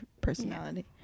personality